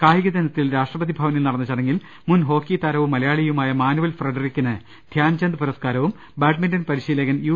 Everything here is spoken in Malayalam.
കായിക ദിനത്തിൽ രാഷ്ട്രപതി ഭവനിൽ നടന്ന ചടങ്ങിൽ മുൻ ഹോക്കി താരവും മല യാളിയുമായ മാനുവൽ ഫ്രെഡറിക്കിന് ധ്യാൻചന്ദ് പുരസ്കാരവും ബാഡ്മിന്റൺ പരിശീലകൻ യു